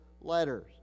letters